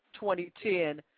2010